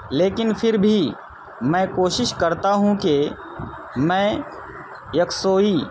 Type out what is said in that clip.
لیکن پھر بھی میں کوشش کرتا ہوں کہ میں یکسوئی